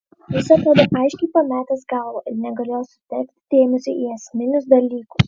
jis atrodė aiškiai pametęs galvą ir negalėjo sutelkti dėmesio į esminius dalykus